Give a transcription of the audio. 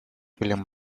william